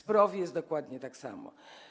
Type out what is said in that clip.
Z PROW jest dokładnie tak samo.